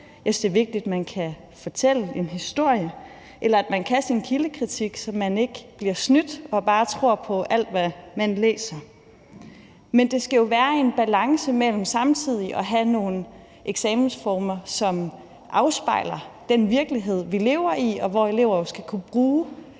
synes, det er vigtigt, at man kan fortælle en historie, og at man kan sin kildekritik, så man ikke bliver snydt og bare tror på alt, hvad man læser. Men det skal jo være i en balance med nogle eksamensformer, som afspejler den virkelighed, vi lever i, og hvor eleverne jo skal kunne bruge